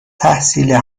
تحصیل